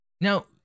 now